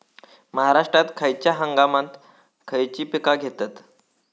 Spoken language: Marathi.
महाराष्ट्रात खयच्या हंगामांत खयची पीका घेतत?